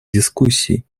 дискуссий